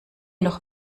noch